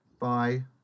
Bye